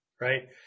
Right